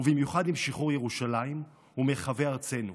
ובמיוחד עם שחרור ירושלים ומרחבי ארצנו.